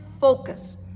focus